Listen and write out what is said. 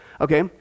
Okay